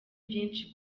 vyinshi